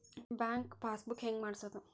Bank passbook ಹೆಂಗ್ ಮಾಡ್ಸೋದು?